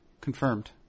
Confirmed